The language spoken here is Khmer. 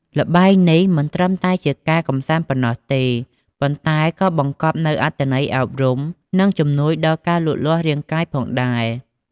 ល្បែងនេះមិនត្រឹមតែជាការកម្សាន្តប៉ុណ្ណោះទេ ប៉ុន្តែក៏បង្កប់នូវអត្ថន័យអប់រំ និងជំនួយដល់ការលូតលាស់រាងកាយផងដែរ។